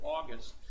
August